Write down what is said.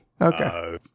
okay